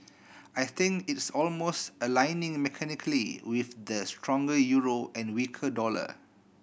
I think it's almost aligning mechanically with the stronger euro and weaker dollar